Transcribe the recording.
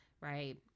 right